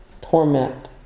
Torment